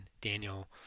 Daniel